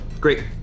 great